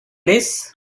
place